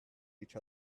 each